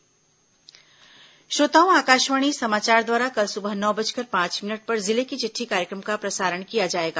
जिले की चिटठी श्रोताओं आकाशवाणी समाचार द्वारा कल सुबह नौ बजकर पांच मिनट पर जिले की चिट्ठी कार्यक्रम का प्रसारण किया जाएगा